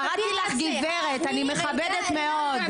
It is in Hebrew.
קראתי לך גברת, אני מכבדת מאוד.